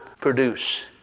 produce